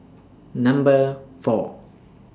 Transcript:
Number four